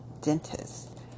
Dentist